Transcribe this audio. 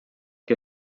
que